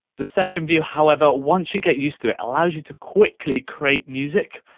the session view, however, once you get used to it, allows you to quickly create music,